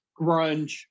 grunge